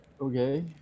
okay